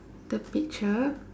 the picture